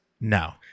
No